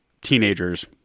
teenagers